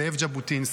זאב ז'בוטינסקי.